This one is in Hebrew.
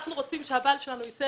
אנחנו רוצים שהבעל שלנו יצא